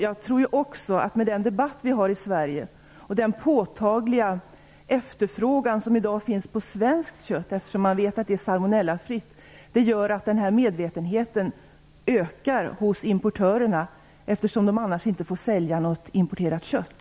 Jag tror också att den debatt som vi har i Sverige och den påtagliga efterfrågan som i dag finns på svenskt kött, eftersom man vet att det är salmonellafritt, gör att denna medvetenhet ökar hos importörerna. Annars får de inte sälja något importerat kött.